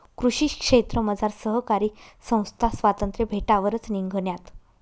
कृषी क्षेत्रमझार सहकारी संस्था स्वातंत्र्य भेटावरच निंघण्यात